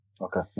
Okay